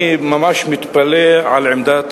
אי-אפשר פה לנהל דיון